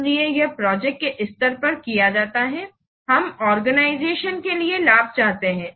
इसलिए यह प्रोग्राम के स्तर पर किया जाता है हम आर्गेनाइजेशन के लिए लाभ चाहते हैं